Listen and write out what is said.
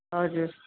हजुर